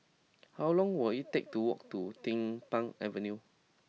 how long will it take to walk to Din Pang Avenue